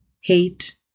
hate